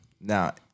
Now